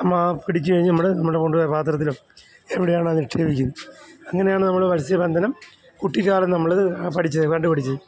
നമ്മൾ പിടിച്ചു കഴിഞ്ഞ് നമ്മൾ നമ്മൾ കൊണ്ടുപോയ പാത്രത്തിലും എവിടെയാണോ നിക്ഷേപിക്കും അങ്ങനെയാണ് നമ്മൾ മത്സ്യബന്ധനം കൂട്ടിക്കാലം നമ്മൾ പഠിച്ചത് കണ്ടു പഠിച്ചത്